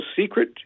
secret